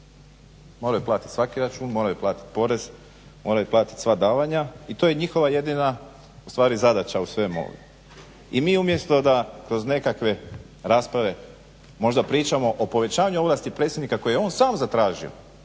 moraju platiti svaki račun, moraju platiti porez, moraju platiti sva davanja i to je njihova jedina ustvari zadaća u svemu. I mi umjesto da kroz nekakve rasprave možda pričamo o povećanju ovlasti predsjednika koje je on sam zatražio